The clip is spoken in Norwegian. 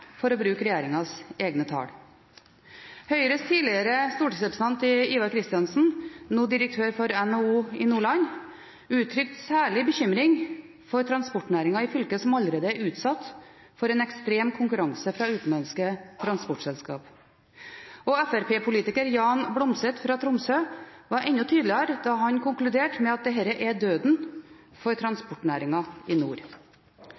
for å bruke regjeringens egne tall. Høyres tidligere stortingsrepresentant Ivar Kristiansen, nå regiondirektør for NHO i Nordland, uttrykte særlig bekymring for transportnæringen i fylket, som allerede er utsatt for en ekstrem konkurranse fra utenlandske transportselskap. Fremskrittspartipolitiker Jan Blomseth fra Tromsø var enda tydeligere da han konkluderte med at dette «er døden for transportnæringen i nord».